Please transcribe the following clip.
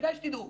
כדאי שתדעו,